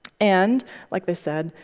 and like they said,